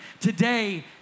today